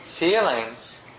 Feelings